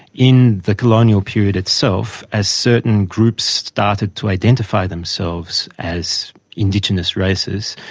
in the colonial period itself, as certain groups started to identify themselves as indigenous races,